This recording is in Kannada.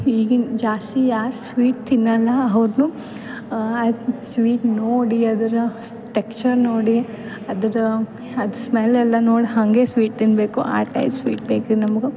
ಈಗಿನ ಜಾಸ್ತಿ ಯಾರು ಸ್ವೀಟ್ ತಿನ್ನೊಲ್ಲ ಅವ್ರು ಆ ಸ್ವೀಟ್ ನೋಡಿ ಅದರ ಟೆಕ್ಸ್ಚರ್ ನೋಡಿ ಅದರ ಅದು ಸ್ಮೆಲ್ ಎಲ್ಲ ನೋಡಿ ಹಂಗೆ ಸ್ವೀಟ್ ತಿನ್ಬೇಕು ಆ ಟೈಪ್ ಸ್ವೀಟ್ ಬೇಕು ರೀ ನಮ್ಗೆ